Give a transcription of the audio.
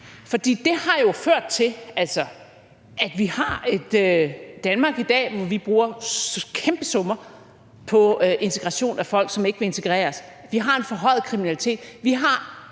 for det har jo ført til, at vi i dag har et Danmark, hvor vi bruger kæmpe summer på integration af folk, som ikke vil integreres. Vi har en forhøjet kriminalitet. Vi har